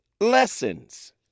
lessons